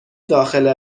داخل